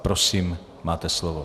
Prosím, máte slovo.